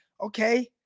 Okay